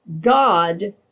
God